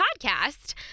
podcast